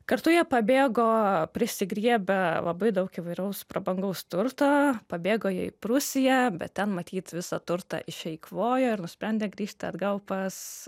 kartu jie pabėgo prisigriebę labai daug įvairaus prabangaus turto pabėgo į prūsiją bet ten matyt visą turtą išeikvojo ir nusprendė grįžti atgal pas